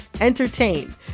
entertain